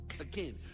again